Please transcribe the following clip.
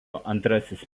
antrasis